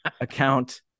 account